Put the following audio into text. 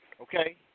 okay